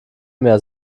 mehr